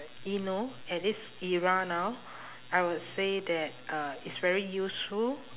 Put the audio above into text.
you know at this era now I would say that uh it's very useful